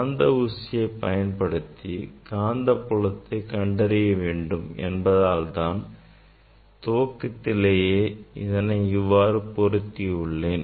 காந்த ஊசியை பயன்படுத்தி காந்தப்புலத்தை கண்டறிய வேண்டும் என்பதால்தான் துவக்கத்திலேயே இதனை இவ்வாறு பொருத்தி உள்ளேன்